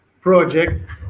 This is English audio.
project